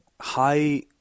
high